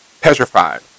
Petrified